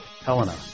helena